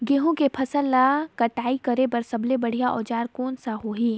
गहूं के फसल ला कटाई बार सबले बढ़िया औजार कोन सा होही?